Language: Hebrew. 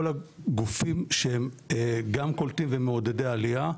את כל הגופים שהם גם קולטים ומעודדי עלייה,